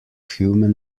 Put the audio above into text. human